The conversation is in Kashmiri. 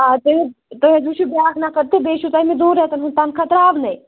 آ تُہۍ حظ تُہۍ حظ وُچھِو بیٛاکھ نفر تہٕ بیٚیہِ چھُ تۄہہِ مےٚ دۄن ریتَن ہُنٛد تَنخاہ ترٛاونے